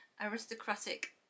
aristocratic